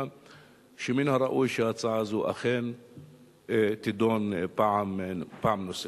שמן הראוי שההצעה הזו אכן תידון פעם נוספת.